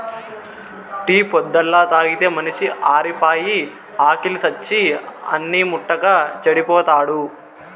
tea పొద్దల్లా తాగితే మనిషి ఆరిపాయి, ఆకిలి సచ్చి అన్నిం ముట్టక చెడిపోతాడు